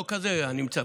לא לכזה אני מצפה,